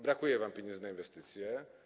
Brakuje wam pieniędzy na inwestycje.